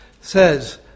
says